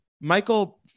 Michael